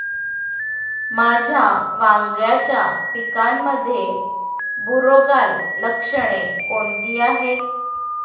माझ्या वांग्याच्या पिकामध्ये बुरोगाल लक्षणे कोणती आहेत?